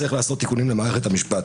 צריך לעשות תיקונים במערכת המשפט.